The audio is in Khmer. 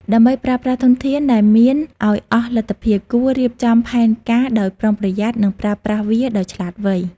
ដើម្បីប្រើប្រាស់ធនធានដែលមានឲ្យអស់លទ្ធភាព គួររៀបចំផែនការដោយប្រុងប្រយ័ត្ន និងប្រើប្រាស់វាដោយឆ្លាតវៃ។